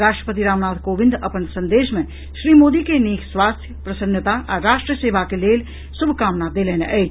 राष्ट्रपति रामनाथ कोविंद अपन संदेश मे श्री मोदी के नीक स्वास्थ्य प्रसन्नता आ राष्ट्र सेवा के लेल शुभकामना देलनि अछि